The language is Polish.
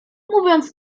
mówiąc